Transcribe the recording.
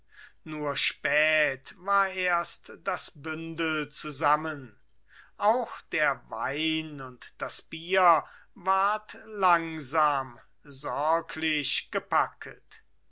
nur spät war erst das bündel zusammen auch der wein und das bier ward langsam sorglich gepacket